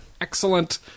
excellent